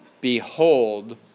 Behold